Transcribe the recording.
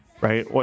right